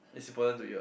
it's important to you ah